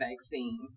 vaccine